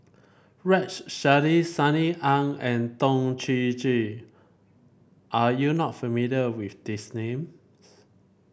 Rex Shelley Sunny Ang and Toh Chin Chye are you not familiar with these names